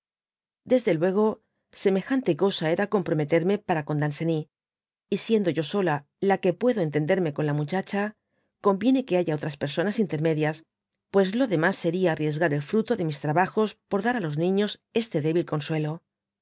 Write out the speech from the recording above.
desde luego semejante cosa era comprometerme para con danceny y siendo yo sola la que puedo entenderme con la muchacha conviene que haya otras personas intermedias pues lo demás seria arriesgar el fruto de mis trabajos por dar á los niños este débil consuelo